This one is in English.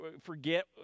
forget